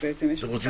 ויותר ויותר הגדרות,